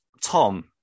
Tom